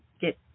get